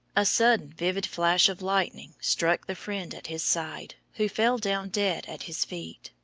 a sudden vivid flash of lightning struck the friend at his side, who fell down dead at his feet.